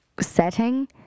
setting